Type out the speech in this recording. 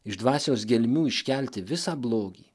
iš dvasios gelmių iškelti visą blogį